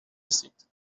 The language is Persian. رسید